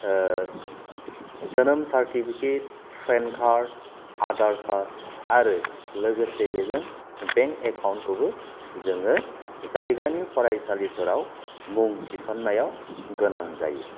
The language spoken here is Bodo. जोनोम certificate PAN card Aadhaar card आरो लोगोसे बेजों बेंक एकाउन्ट खौबो जोङो जायगानि फरायसालिफोराव मुं थिसननायाव गोनां जायो